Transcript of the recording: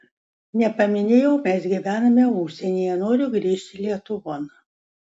nepaminėjau mes gyvename užsienyje noriu grįžt lietuvon